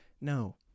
No